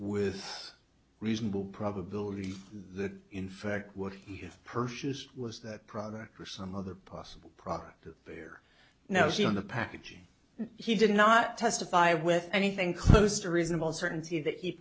with reasonable probability the in fact would purchase was that product or some other possible product of beer now see on the packaging he did not testify with anything close to reasonable certainty that